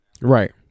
Right